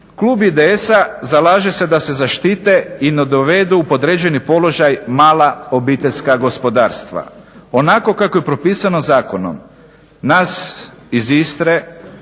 Klub IDS-a zalaže se da se zaštite i ne dovedu u podređeni položaj mala obiteljska gospodarstva. Onako kako je propisano zakonom nas iz Istre